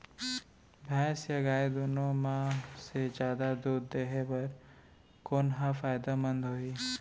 भैंस या गाय दुनो म से जादा दूध देहे बर कोन ह फायदामंद होही?